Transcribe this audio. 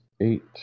eight